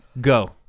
go